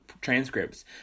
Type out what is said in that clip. transcripts